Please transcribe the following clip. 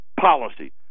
policy